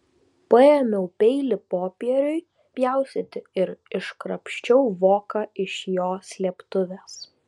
paėmiau peilį popieriui pjaustyti ir iškrapščiau voką iš jo slėptuvės